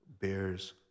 bears